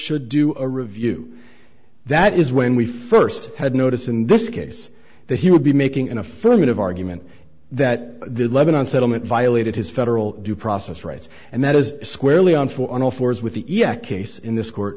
should do a review that is when we first had notice of in this case that he would be making an affirmative argument that the lebanon settlement violated his federal due process rights and that is squarely on full on all fours with the yak a c in this court